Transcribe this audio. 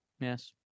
Yes